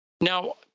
Now